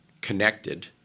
connected